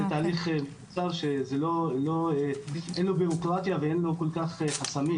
זה תהליך מקוצר שאין לו בירוקרטיה ואין לו כל כך חסמים